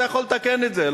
אתה יכול לתקן את זה,